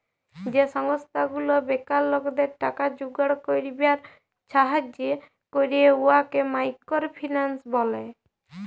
যে সংস্থা গুলা বেকার লকদের টাকা জুগাড় ক্যইরবার ছাহাজ্জ্য ক্যরে উয়াকে মাইকর ফিল্যাল্স ব্যলে